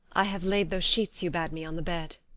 i have laid those sheets you bade me on the bed.